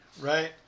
Right